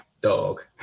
dog